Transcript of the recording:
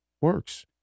works